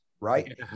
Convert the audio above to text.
right